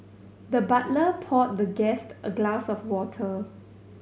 the butler poured the guest a glass of water